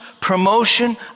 promotion